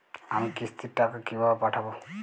আমি কিস্তির টাকা কিভাবে পাঠাব?